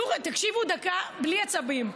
תקשיבו דקה בלי עצבים.